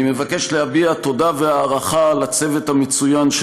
אני מבקש להביע תודה והערכה לצוות המצוין של